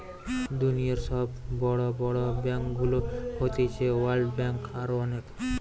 দুনিয়র সব বড় বড় ব্যাংকগুলো হতিছে ওয়ার্ল্ড ব্যাঙ্ক, আরো অনেক